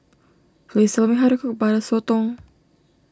please tell me how to cook Butter Sotong